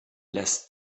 less